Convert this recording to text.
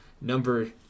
Number